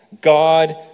God